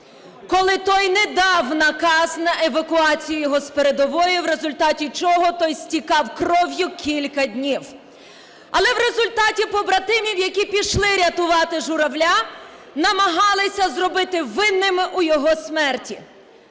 коли той не дав наказ на евакуацію його з передової, в результаті чого той стікав кров'ю кілька днів. Але в результаті побратимів, які пішли рятувати Журавля, намагалися зробити винними у його смерті.